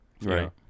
right